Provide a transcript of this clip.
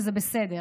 וזה בסדר,